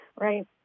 Right